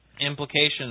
implications